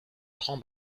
grand